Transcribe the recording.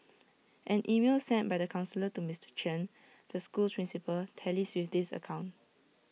an email sent by the counsellor to Mister Chen the school's principal tallies with this account